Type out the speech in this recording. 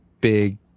big